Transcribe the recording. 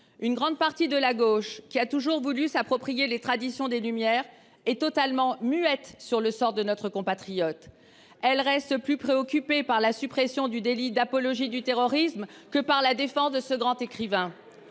Une grande partie de la gauche, qui a toujours voulu s’approprier la tradition des Lumières, est totalement muette sur le sort de notre compatriote. Pas ici ! Elle reste plus préoccupée par la suppression du délit d’apologie du terrorisme que par la défense de ce grand écrivain.